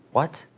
what?